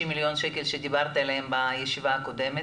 מיליון שקל שדיברת עליהם בישיבה הקודמת,